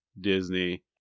Disney